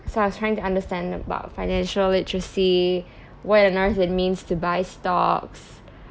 so I was trying to understand about financial literacy what on earth it means to buy stocks